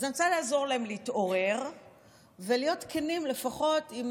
אז אני רוצה לעזור להם להתעורר ולהיות כנים לפחות עם